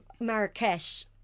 Marrakesh